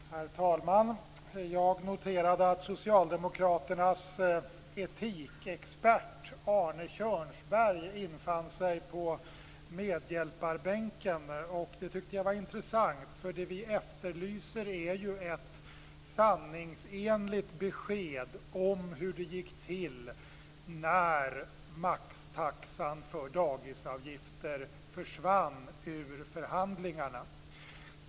Herr talman! Jag noterade att Socialdemokraternas etikexpert Arne Kjörnsberg infann sig på medhjälparbänken. Jag tycker att det är intressant. Vi efterlyser ju ett sanningsenligt besked om hur det gick till när maxtaxan för dagisavgifter försvann ur förhandlingarna.